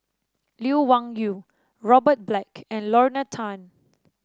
Lee Wung Yew Robert Black and Lorna Tan